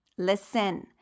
Listen